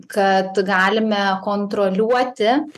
kad galime kontroliuoti